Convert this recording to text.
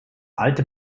alte